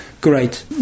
great